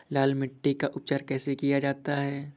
लाल मिट्टी का उपचार कैसे किया जाता है?